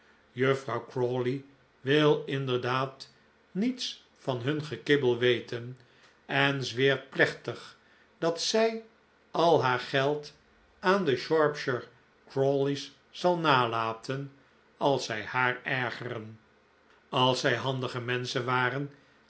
juffrouw crawley wil inderdaad niets van hun gekibbel weten en zweert plechtig dat zij al haar geld aan de shropshire crawleys zal nalaten als zij haar ergeren als zij handige menschen waren